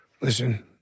listen